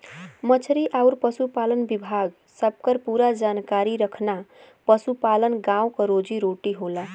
मछरी आउर पसुपालन विभाग सबकर पूरा जानकारी रखना पसुपालन गाँव क रोजी रोटी होला